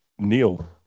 Neil